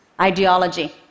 ideology